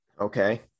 Okay